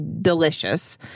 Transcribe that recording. delicious